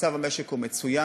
מצב המשק הוא מצוין,